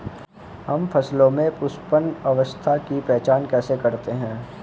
हम फसलों में पुष्पन अवस्था की पहचान कैसे करते हैं?